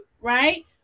right